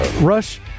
Rush